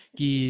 Que